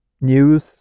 news